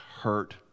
hurt